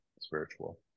spiritual